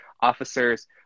officers